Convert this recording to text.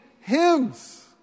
hymns